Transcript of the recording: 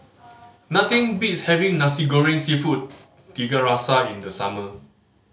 nothing beats having Nasi Goreng Seafood Tiga Rasa in the summer